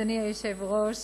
אדוני היושב-ראש,